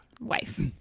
wife